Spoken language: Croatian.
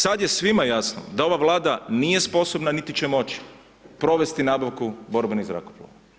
Sad je svima jasno da ova Vlada nije sposobna, niti će moći provesti nabavku borbenih zrakoplova.